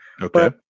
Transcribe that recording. Okay